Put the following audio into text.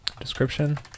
description